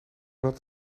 had